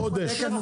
מפורטת.